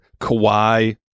Kawhi